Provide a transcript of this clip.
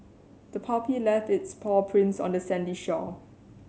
the puppy left its paw prints on the sandy shore